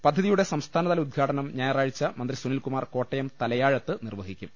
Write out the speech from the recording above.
പദ്ധതിയുടെ സംസ്ഥാനതല ഉദ്ഘാടനം ഞായറാഴ്ച മന്ത്രി സുനിൽകുമാർ കോട്ടയം തലയാഴത്ത് നിർവഹിക്കും